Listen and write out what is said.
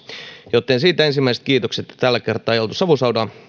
joten siitä ensimmäiset kiitokset että tällä kertaa ei oltu savusaunan